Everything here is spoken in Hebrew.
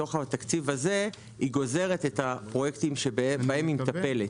ומתוך התקציב הזה היא גוזרת את הפרויקטים שבהם היא מטפלת.